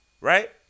right